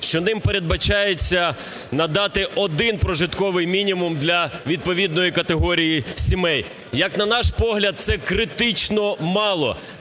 що ним передбачається надати один прожитковий мінімум для відповідної категорії сімей. Як на наш погляд, це критично мало,